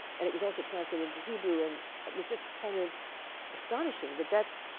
and it was also translated into hebrew. and it was just kind of astonishing that that's,